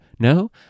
No